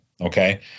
okay